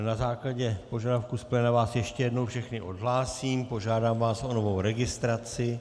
Na základě požadavku z pléna vás ještě jednou všechny odhlásím, požádám vás o novou registraci.